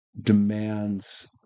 demands